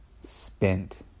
spent